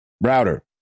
Router